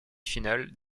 finale